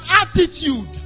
attitude